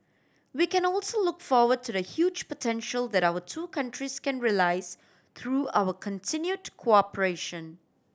we can also look forward to the huge potential that our two countries can realise through our continued cooperation